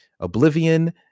Oblivion